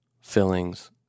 fillings